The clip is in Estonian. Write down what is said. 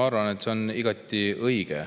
Ma arvan, et see on igati õige,